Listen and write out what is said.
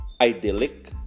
idyllic